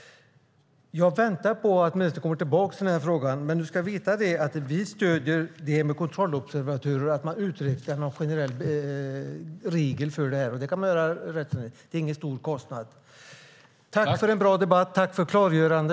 Jag väntar på att ministern ska komma tillbaka till den här frågan. Men du ska veta att vi stöder det här med kontrollobservatörer, att man utvecklar någon generell regel för det. Det kan man göra. Det är ingen stor kostnad. Tack för en bra debatt! Tack för klargörande!